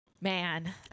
man